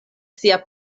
sia